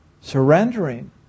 surrendering